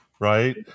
right